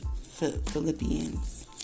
Philippians